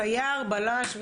סייר, בלש?